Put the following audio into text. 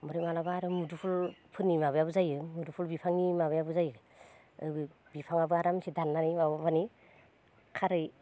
ओमफ्राय माब्लाबा आरो मुदुफुल फोरनि माबायाबो जायो मुदुफुल बिफांनि माबायाबो जायो ओ बिफांआबो आरामसे दाननानै माबानि खारै